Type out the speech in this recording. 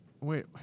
Wait